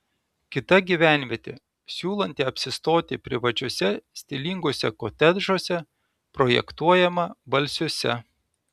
kita gyvenvietė siūlanti apsistoti privačiuose stilinguose kotedžuose projektuojama balsiuose